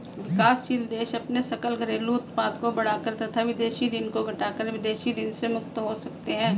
विकासशील देश अपने सकल घरेलू उत्पाद को बढ़ाकर तथा विदेशी ऋण को घटाकर विदेशी ऋण से मुक्त हो सकते हैं